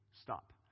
stop